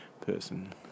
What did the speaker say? person